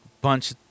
bunch